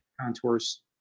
contours